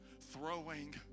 throwing